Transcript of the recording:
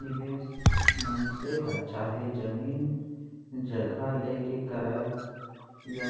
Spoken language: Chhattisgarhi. निवेस मनसे ह चाहे जमीन जघा लेके करय या